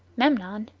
memnon,